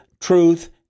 truth